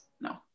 no